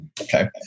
Okay